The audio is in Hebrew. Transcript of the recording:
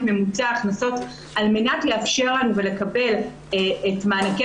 ממוצע ההכנסות על מנת לאפשר לנו ולקבל את מענקי